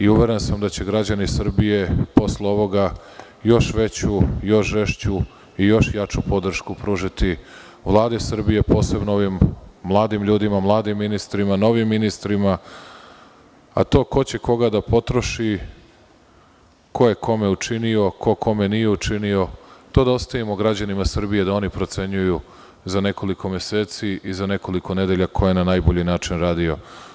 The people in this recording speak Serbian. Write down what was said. Uveren sam da će građani Srbije posle ovoga još veću, još žešću i još jaču podršku pružiti Vladi Srbije, posebno ovim mladim ljudima, mladim ministrima, novim ministrima, a to ko će koga da potroši, ko je kome učinio, ko kome nije učinio, to da ostavimo građanima Srbije da oni procenjuju za nekoliko meseci i za nekoliko nedelja ko je na najbolji način radio.